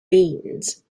means